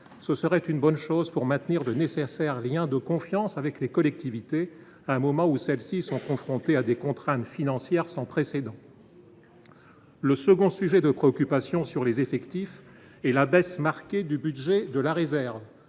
Ce serait une bonne chose pour maintenir le nécessaire lien de confiance avec les collectivités, à un moment où celles ci sont confrontées à des contraintes financières sans précédent. Le second sujet de préoccupation sur les effectifs est la baisse marquée du budget de la réserve,